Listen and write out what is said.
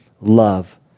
love